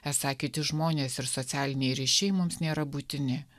esą kiti žmonės ir socialiniai ryšiai mums nėra būtini